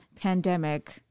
pandemic